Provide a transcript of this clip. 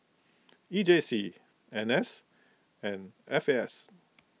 E J C N S and F A S